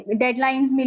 deadlines